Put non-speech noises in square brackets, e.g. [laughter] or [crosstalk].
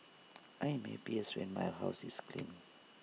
[noise] I am happiest when my house is clean